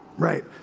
right.